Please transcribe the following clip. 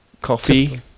Coffee